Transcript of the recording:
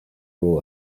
rule